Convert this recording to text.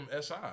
si